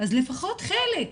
אז לפחות חלק,